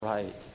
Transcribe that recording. right